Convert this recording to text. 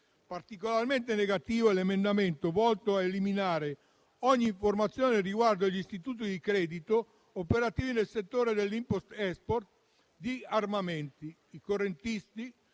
Particolarmente negativo è l'emendamento volto a eliminare ogni informazione riguardo agli istituti di credito operativi nel settore dell'*import-export* di armamenti.